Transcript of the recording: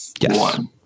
one